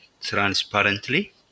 transparently